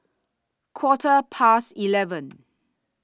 Quarter Past eleven